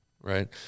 Right